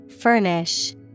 Furnish